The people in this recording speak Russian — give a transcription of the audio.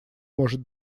может